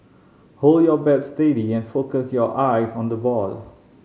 hold your bat steady and focus your eyes on the ball